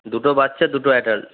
দুটো বাচ্চা দুটো অ্যাডাল্ট